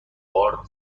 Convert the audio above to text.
بار